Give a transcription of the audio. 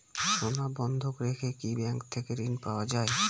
সোনা বন্ধক রেখে কি ব্যাংক থেকে ঋণ পাওয়া য়ায়?